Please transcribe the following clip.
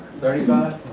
thirty five?